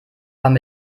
aber